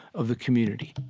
of the community